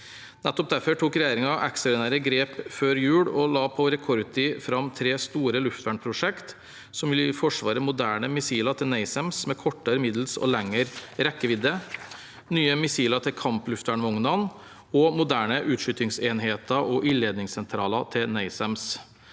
Nettopp derfor tok regjeringen ekstraordinære grep før jul og la på rekordtid fram tre store luftvernprosjekt som vil gi Forsvaret moderne missiler til NASAMS, med kortere, middels og lengre rekkevidde, nye missiler til kampluftvernvognene og moderne utskytingsenheter og ildledningssentraler til NASAMS.